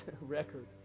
record